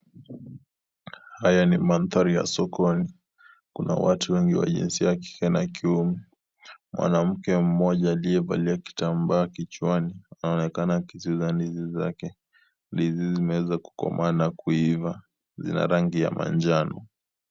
Haya ni mandhari ya sokoni, kuna watu wengi wa jinsia ya kike na kiume, mwanamke mmoja aliyevalia kitambaa kichwani anaonekana akiziuza hizi ndizi zake. Ndizi zimeeza kukomaa na kuiva zina rangi ya manjano.